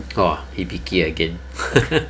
!wah! hibiki again